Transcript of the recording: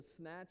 snatch